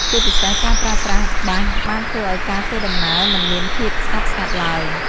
ជាពិសេស ការប្រើប្រាស់បាសបានធ្វើឱ្យការធ្វើដំណើរមិនមានភាពស្ងប់ស្ងាត់ឡើយ។